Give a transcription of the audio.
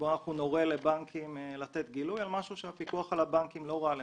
שבו נורה לבנקים לתת גילוי על משהו שהפיקוח על הבנקים לא ראה לנכון.